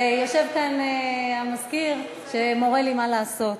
ויושב כאן סגן המזכירה שמורה לי מה לעשות.